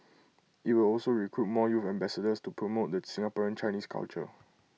IT will also recruit more youth ambassadors to promote the Singaporean Chinese culture